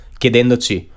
chiedendoci